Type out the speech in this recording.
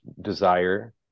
desire